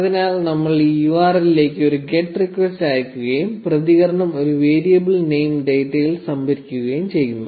അതിനാൽ നമ്മൾ ഈ URL ലേക്ക് ഒരു ഗെറ്റ് റിക്വസ്റ്റ് അയയ്ക്കുകയും പ്രതികരണം ഒരു വേരിയബിൾ നെയിം ഡാറ്റയിൽ സംഭരിക്കുകയും ചെയ്യുന്നു